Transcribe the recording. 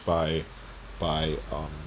by by um